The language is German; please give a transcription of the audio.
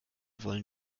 wollen